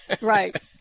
Right